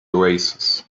oasis